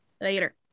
later